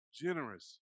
generous